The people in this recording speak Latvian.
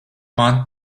man